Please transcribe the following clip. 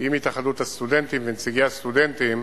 עם התאחדות הסטודנטים ונציגי הסטודנטים